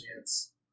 chance